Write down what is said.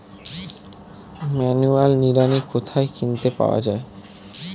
Manual নিড়ানি কোথায় কিনতে পাওয়া যায়?